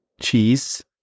cheese